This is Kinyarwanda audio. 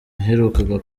yaherukaga